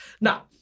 Now